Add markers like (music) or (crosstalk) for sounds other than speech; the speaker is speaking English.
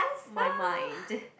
mine mine (breath)